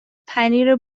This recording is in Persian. پنیر